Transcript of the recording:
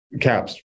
caps